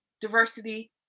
diversity